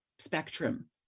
spectrum